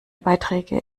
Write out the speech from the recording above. beiträge